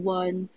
one